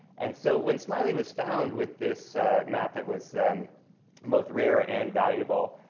and so when smiley was found with this map that was most rare and valuable,